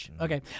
Okay